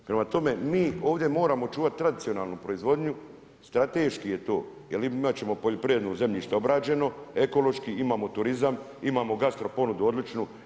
Prema tome, mi moramo ovdje čuvati tradicionalnu proizvodnju, strateški je to jer imat ćemo poljoprivrednog zemljišta obrađeno ekološki, imamo turizam, imamo gastro ponudu odličnu.